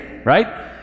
right